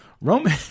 Roman